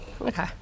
Okay